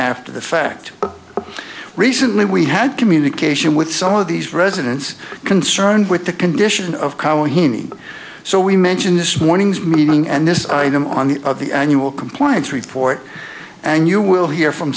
after the fact recently we had communication with some of these residents concerned with the condition of congo heaney so we mention this morning's meeting and this item on the annual compliance report and you will hear from